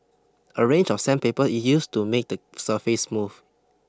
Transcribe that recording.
a range of sandpaper is used to make the surface smooth